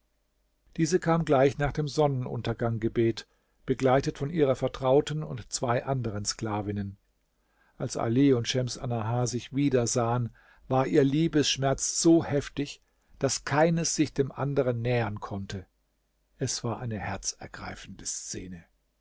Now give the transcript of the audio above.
diese kam gleich nach dem sonnenuntergang gebet begleitet von ihrer vertrauten und zwei anderen sklavinnen als ali und schems annahar sich wiedersahen war ihr liebesschmerz so heftig daß keines sich dem anderen nähern konnte es war eine herzergreifende szene